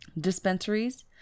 Dispensaries